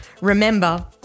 Remember